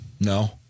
No